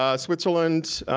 ah switzerland,